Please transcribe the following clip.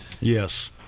Yes